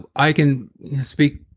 i can speak,